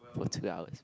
for two hours